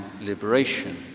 liberation